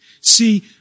See